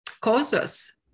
causes